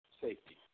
safety